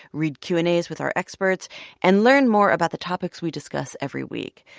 read q and as with our experts and learn more about the topics we discuss every week.